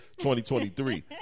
2023